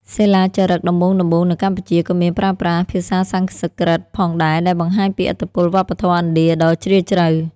សិលាចារឹកដំបូងៗនៅកម្ពុជា ក៏មានប្រើប្រាស់ ភាសាសំស្ក្រឹត ផងដែរ ដែលបង្ហាញពីឥទ្ធិពលវប្បធម៌ឥណ្ឌាដ៏ជ្រាលជ្រៅ។